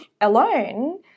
alone